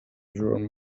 joan